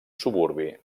suburbi